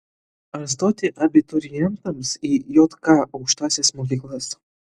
ar stoti abiturientams į jk aukštąsias mokyklas